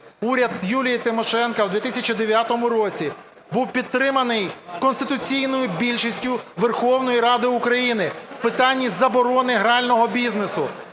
уряд Юлії Тимошенко в 2009 році був підтриманий конституційною більшістю Верховної Ради України в питанні заборони грального бізнесу